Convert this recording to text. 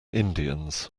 indians